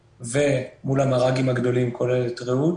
ומול המרכזים הגדולים כולל את "רעות